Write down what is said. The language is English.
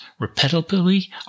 repetitively